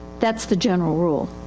thatis the general rule.